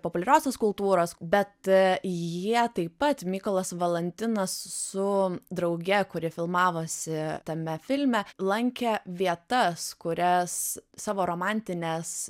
populiariosios kultūros bet jie taip pat mykolas valantinas su drauge kuri filmavosi tame filme lankė vietas kurias savo romantinės